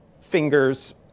fingers